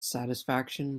satisfaction